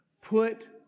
Put